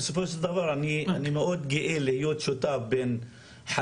בסופו של דבר אני מאוד גאה להיות שותף עם חסאן,